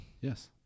Yes